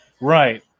Right